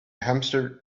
hamster